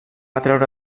atreure